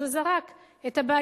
אז הוא זרק את הבעיה,